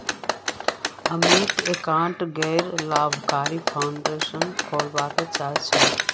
अमित एकटा गैर लाभकारी फाउंडेशन खोलवा चाह छ